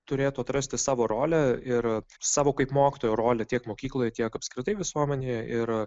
turėtų atrasti savo rolę ir savo kaip mokytojo rolę tiek mokykloj kiek apskritai visuomenėje ir